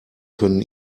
können